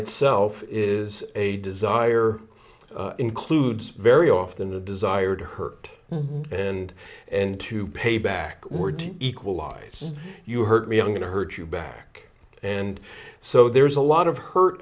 itself is a desire includes very often a desire to hurt and and to pay backward to equalise you hurt me i'm going to hurt you back and so there's a lot of hurt